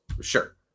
sure